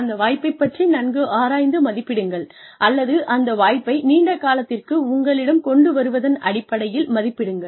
அந்த வாய்ப்பை பற்றி நன்கு ஆராய்ந்து மதிப்பிடுங்கள் அல்லது அந்த வாய்ப்பை நீண்ட காலத்திற்கு உங்களிடம் கொண்டு வருவதன் அடிப்படையில் மதிப்பிடுங்கள்